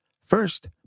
First